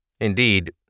Indeed